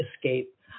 escape